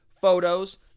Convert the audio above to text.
photos